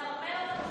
מנרמל אותו חוק,